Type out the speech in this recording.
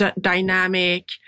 dynamic